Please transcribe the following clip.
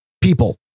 people